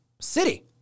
city